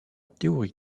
théorie